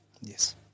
Yes